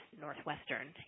Northwestern